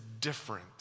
different